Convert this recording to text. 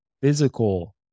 physical